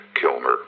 Kilmer